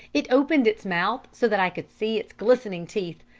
it opened its mouth so that i could see its glistening teeth.